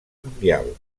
mundial